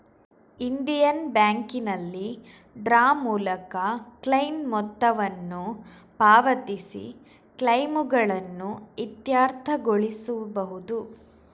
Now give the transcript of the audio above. Indian ಬ್ಯಾಂಕಿನಲ್ಲಿ draft ಮೂಲಕ claim ಮೊತ್ತವನ್ನು ಪಾವತಿಸಿ ಕ್ಲೈಮುಗಳನ್ನು ಇತ್ಯರ್ಥಗೊಳಿಸಬಹುದು